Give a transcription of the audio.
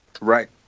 Right